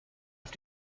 auf